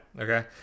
Okay